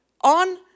on